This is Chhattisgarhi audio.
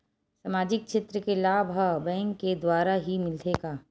सामाजिक क्षेत्र के लाभ हा बैंक के द्वारा ही मिलथे का?